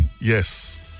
yes